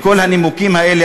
מכל הנימוקים האלה,